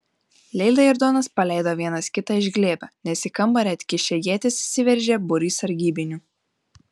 leila ir donas paleido vienas kitą iš glėbio nes į kambarį atkišę ietis įsiveržė būrys sargybinių